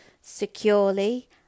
securely